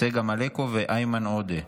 צגה מלקו ואיימן עודה.